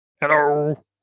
Hello